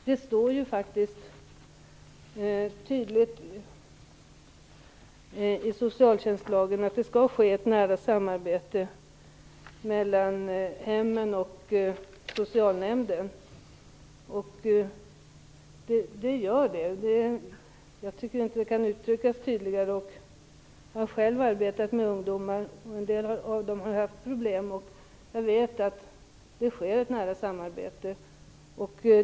Herr talman! Det står faktiskt tydligt i socialtjänstlagen att det skall ske ett nära samarbete mellan hemmen och socialnämnden. Det gör det. Jag tycker inte att det kan uttryckas tydligare. Jag har själv arbetat med ungdomar, och en del av dem har haft problem. Jag vet att det sker ett nära samarbete.